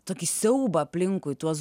tokį siaubą aplinkui tuos